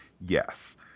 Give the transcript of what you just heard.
Yes